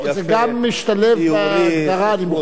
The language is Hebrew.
זה גם משתלב בהגדרה אני מוכרח